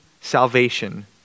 salvation